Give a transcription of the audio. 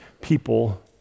people